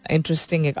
Interesting